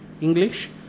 English